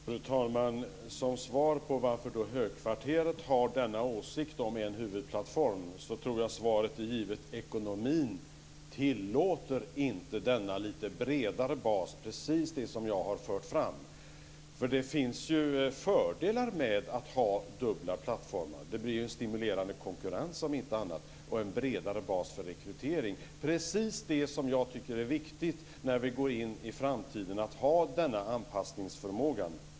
Fru talman! Som svar på frågan varför Högkvarteret har denna åsikt om en huvudplattform tror jag svaret är givet: Ekonomin tillåter inte denna lite bredare bas. Det är precis det som jag har fört fram. Det finns ju fördelar med att ha dubbla plattformar. Det blir en stimulerande konkurrens om inte annat och en bredare bas för rekrytering. Precis det tycker jag är viktigt när vi går in i framtiden, att ha denna anpassningsförmåga.